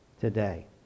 today